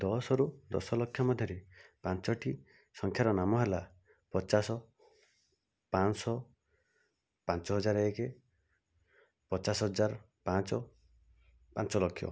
ଦଶରୁ ଦଶଲକ୍ଷ ମଧ୍ୟରେ ପାଞ୍ଚୋଟି ସଂଖ୍ୟାର ନାମ ହେଲା ପଚାଶ ପାଞ୍ଚଶହ ପାଞ୍ଚ ହଜାର ଏକ ପଚାଶ ହଜାର ପାଞ୍ଚ ପାଞ୍ଚଲକ୍ଷ